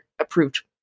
approved